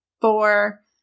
four